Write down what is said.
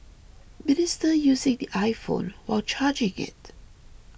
minister using the iPhone while charging it